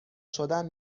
شدن